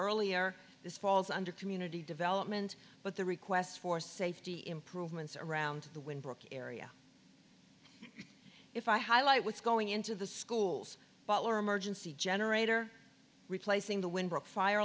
earlier this falls under community development but the requests for safety improvements around the wind brooke area if i highlight what's going into the schools or emergency generator replacing the wind